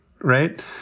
right